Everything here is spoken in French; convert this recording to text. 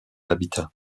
habitat